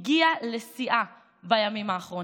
הגיעה לשיאה בימים האחרונים.